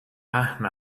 پهن